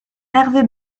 hervé